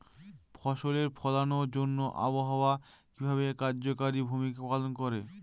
ফসল ফলানোর জন্য আবহাওয়া কিভাবে কার্যকরী ভূমিকা পালন করে?